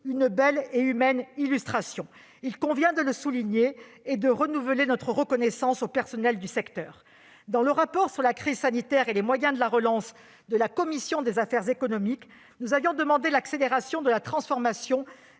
une belle et humaine illustration. Il convient de le souligner et de renouveler notre reconnaissance aux personnels du secteur. Dans son rapport sur le plan de relance, la commission des affaires économiques avait demandé l'accélération de la transformation